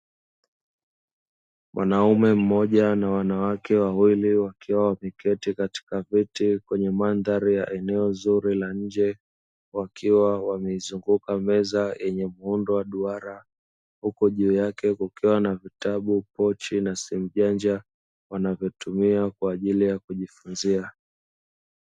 Mwanaume mmoja na wanawake wawili wakiwa wameketi katika viti kwenye mandhari ya eneo zuri la nje, wakiwa wameizunguka meza yenye muundo wa duara huku juu yake kukiwa na vitabu pochi na simu janja wanavyo tumia kwaajili ya kujifunzia